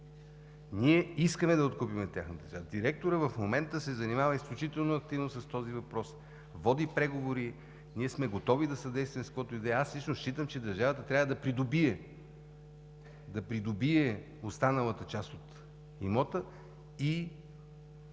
Ние искаме да откупим тяхната част. Директорът в момента изключително активно се занимава с този въпрос, води преговори. Ние сме готови да съдействаме с каквото и да е. Аз лично считам, че държавата трябва да придобие останалата част от имота и